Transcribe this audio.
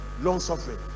long-suffering